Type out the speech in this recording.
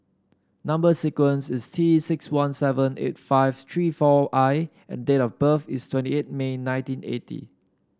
number sequence is T six one seven eight five three four I and date of birth is twenty eight May nineteen eighty